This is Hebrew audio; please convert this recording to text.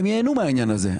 הם ייהנו מהעניין הזה.